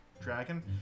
dragon